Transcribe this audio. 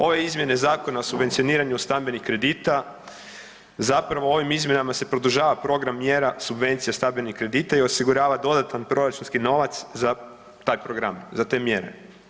Ove izmjene Zakona o subvencioniranju stambenih kredita zapravo ovim izmjenama se produžava program mjera subvencija stambenih kredita i osigurava dodatan proračunski novac za taj program, za te mjere.